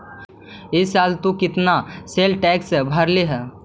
ई साल तु केतना सेल्स टैक्स भरलहिं हे